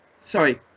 Sorry